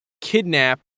kidnap